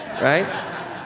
right